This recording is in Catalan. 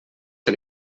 que